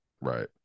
Right